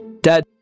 Dad